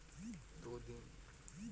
मूंग मे फव्वारा सिंचाई अच्छा रथे?